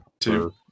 Two